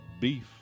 beef